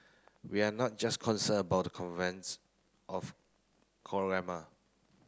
we are not just concerned about the convents of